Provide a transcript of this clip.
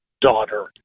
daughter